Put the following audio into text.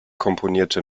komponierte